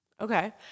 Okay